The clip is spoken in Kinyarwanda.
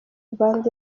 band